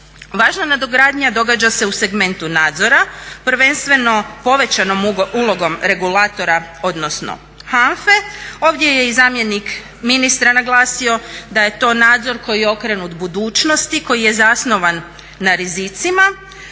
Važna nadogradnja događa se u segmentu nadzora, prvenstveno povećanom ulogom regulatora, odnosno HANFA-e. Ovdje je i zamjenik ministra naglasio da je to nadzor koji je okrenut budućnosti, koji je zasnovan na rizicima.